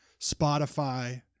Spotify